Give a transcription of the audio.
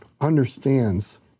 understands